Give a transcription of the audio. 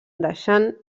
deixant